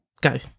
go